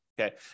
Okay